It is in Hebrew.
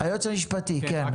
היועץ המשפטי, בבקשה.